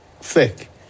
thick